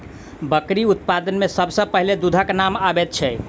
बकरी उत्पाद मे सभ सॅ पहिले दूधक नाम अबैत छै